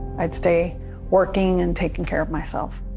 i'd stay working and taking care of myself.